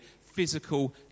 physical